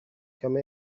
come